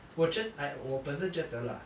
我真 I 我本身觉得 lah